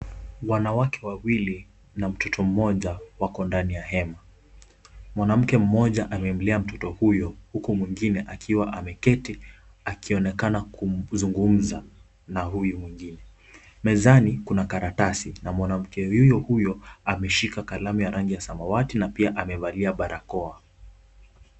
Wanawake wawili na mtoto .moja wako ndani ya hema. Mwanamke mmoja amemlea mtoto huyo huku mwingine akiwa ameketi akionekana kuzungumza na huyu mwingine. Mezani kuna karatasi na mwanamke huyo huyo ameshika kalamu ya rangi ya samawati na pia amevaa barakoa.